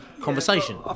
conversation